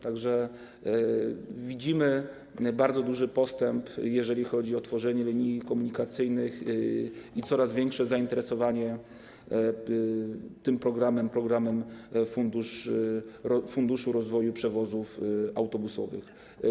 Tak że widzimy bardzo duży postęp, jeżeli chodzi o tworzenie linii komunikacyjnych i coraz większe zainteresowanie programem, dofinansowaniem z Funduszu rozwoju przewozów autobusowych.